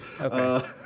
Okay